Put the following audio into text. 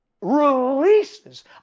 releases